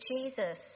Jesus